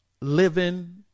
living